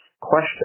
question